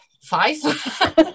five